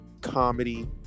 comedy